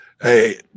Hey